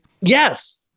Yes